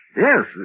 Yes